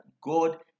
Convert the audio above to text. God